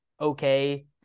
Okay